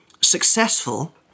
successful